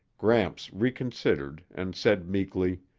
gramps reconsidered and said meekly,